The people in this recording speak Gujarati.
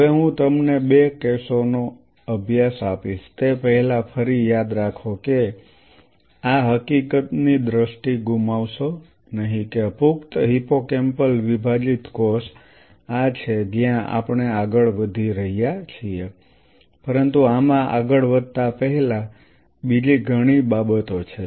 હવે હું તમને બે કેસોનો અભ્યાસ આપીશ તે પહેલાં ફરી યાદ રાખો કે આ હકીકતની દૃષ્ટિ ગુમાવશો નહીં કે પુખ્ત હિપ્પોકેમ્પલ વિભાજીત કોષ આ છે જ્યાં આપણે આગળ વધી રહ્યા છીએ પરંતુ આમાં આગળ વધતા પહેલા બીજી ઘણી બાબતો છે